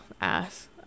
Ass